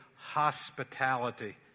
hospitality